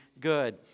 good